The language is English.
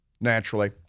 naturally